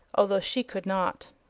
although she could not.